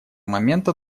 момента